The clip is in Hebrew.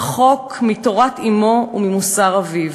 רחוק מתורת אמו ומוסר אביו.